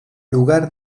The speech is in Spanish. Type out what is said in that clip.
lugar